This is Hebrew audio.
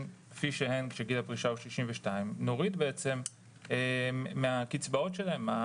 המצב הנוכחי כאשר גיל הפרישה הוא 62 נוריד מהקצבאות שלהם.